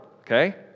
okay